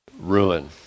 Ruin